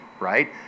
right